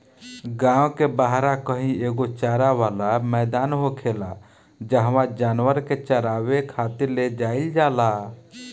गांव के बाहरा कही एगो चारा वाला मैदान होखेला जाहवा जानवर के चारावे खातिर ले जाईल जाला